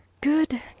Good